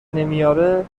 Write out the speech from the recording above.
نمیاره